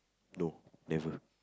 no never